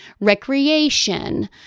recreation